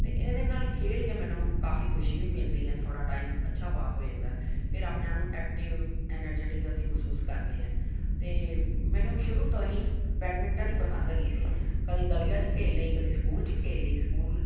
ਅਤੇ ਇਹਦੇ ਨਾਲ ਖੇਡ ਕੇ ਮੈਨੂੰ ਕਾਫੀ ਖੁਸ਼ੀ ਵੀ ਮਿਲਦੀ ਹੈ ਥੋੜ੍ਹਾ ਟਾਈਮ ਅੱਛਾ ਪਾਸ ਹੋ ਜਾਂਦਾ ਫਿਰ ਆਪਣੇ ਆਪ ਨੂੰ ਐਕਟਿਵ ਐਨਰਜੇਟਿਕ ਅਸੀਂ ਮਹਿਸੂਸ ਕਰਦੇ ਹਾਂ ਅਤੇ ਮੈਨੂੰ ਸ਼ੁਰੂ ਤੋਂ ਹੀ ਬੈਡਮਿੰਟਨ ਹੀ ਪਸੰਦ ਹੈਗੀ ਸੀ ਕਦੀ ਗਲੀਆਂ 'ਚ ਖੇਡ ਲਈ ਕਦੀ ਸਕੂਲ 'ਚ ਖੇਡ ਲਈ ਸਕੂਲ